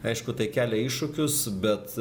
aišku tai kelia iššūkius bet